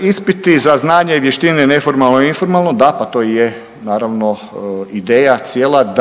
Ispiti za znanje i vještine neformalno informalno, da pa to i je naravno ideja cijela